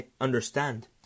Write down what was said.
understand